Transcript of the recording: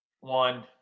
One